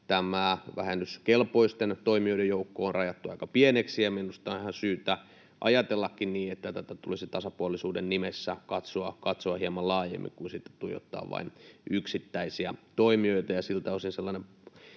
tämä vähennyskelpoisten toimijoiden joukko on rajattu aika pieneksi, ja minusta on ihan syytä ajatella niin, että tätä tulisi tasapuolisuuden nimessä katsoa hieman laajemmin kuin tuijottaa vain yksittäisiä toimijoita. Siltä osin sellainen